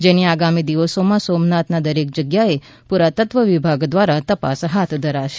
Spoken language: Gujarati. જેથી આગામી દિવસોમાં સોમનાથમાં દરેક જગ્યાએ પુરાતત્વ વિભાગ દ્વારા તપાસ હાથ ધરવામાં આવશે